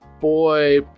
boy